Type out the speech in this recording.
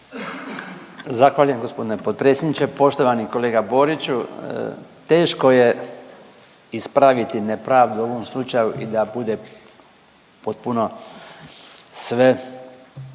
Zahvaljujem g. potpredsjedniče. Poštovani kolega Boriću, teško je ispraviti nepravdu, u ovom slučaju i da bude potpuno sve